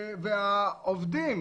והעובדים,